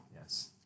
Yes